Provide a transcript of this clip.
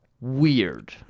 weird